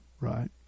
right